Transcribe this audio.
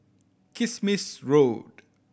Kismis Road